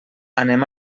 anem